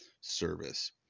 service